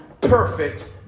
perfect